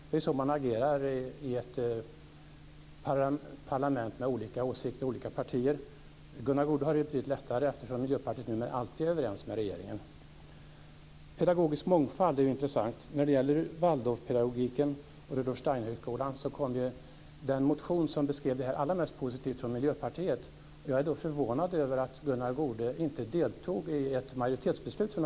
Det är klart att man kan göra det av formella skäl, som Lars Hjertén antyder, för att det är så det går till. Oppositionen är ju lite svag här.